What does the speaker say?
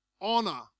honor